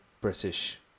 british